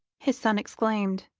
his son exclaimed.